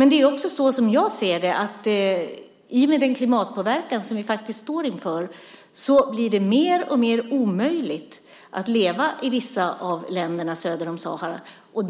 I och med den klimatpåverkan som vi faktiskt står inför blir det, som jag ser det, mer och mer omöjligt att leva i vissa av länderna söder om Sahara.